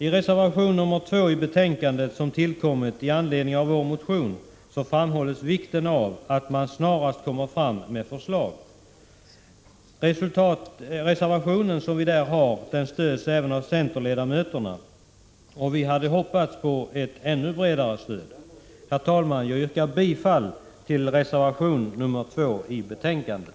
I reservation 2 till betänkandet, som tillkommit i anledning av vår motion, framhålls vikten av att det snarast kommer förslag. Vår reservation stöds även av centerledamöterna. Vi hade hoppats på ett ännu bredare stöd. Jag yrkar bifall till reservation 2 i betänkandet.